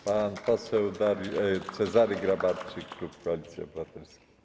Pan poseł Cezary Grabarczyk, klub Koalicji Obywatelskiej.